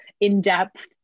in-depth